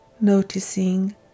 noticing